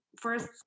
first